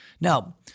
Now